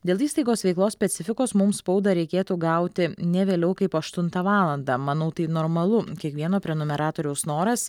dėl įstaigos veiklos specifikos mums spaudą reikėtų gauti ne vėliau kaip aštuntą valandą manau tai normalu kiekvieno prenumeratoriaus noras